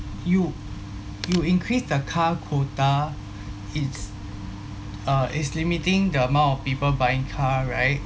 you you increase the car quota it's uh is limiting the amount of people buying car right